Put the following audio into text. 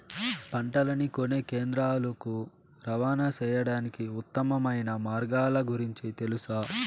పంటలని కొనే కేంద్రాలు కు రవాణా సేయడానికి ఉత్తమమైన మార్గాల గురించి తెలుసా?